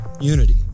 unity